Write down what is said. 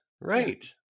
Right